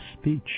speech